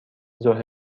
ظهر